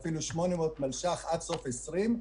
ואפילו 800 מיליון ש"ח עד סוף שנת 2020,